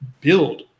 build